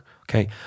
Okay